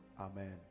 Amen